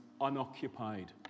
unoccupied